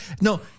No